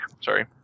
sorry